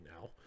now